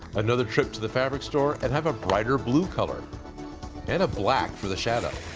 another trip to the fabric store and have a brighter blue color and a black for the shadow.